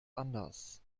anders